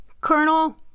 Colonel